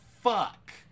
fuck